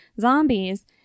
Zombies